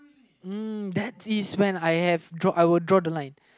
uh that is when I have draw I will draw the line